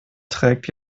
trägt